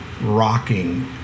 rocking